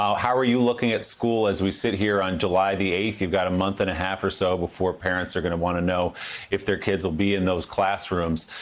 how how are you looking at school as we sit here on july the eighth? you've got a month and a half or so before parents are going to want to know if their kids will be in those class rooms.